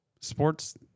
sports